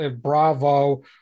Bravo